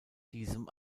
diesem